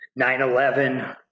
9-11